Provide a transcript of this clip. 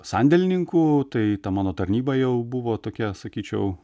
sandėlininku tai ta mano tarnyba jau buvo tokia sakyčiau